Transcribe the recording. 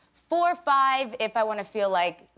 four, five, if i want to feel like